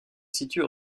situe